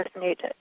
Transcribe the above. needed